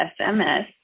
SMS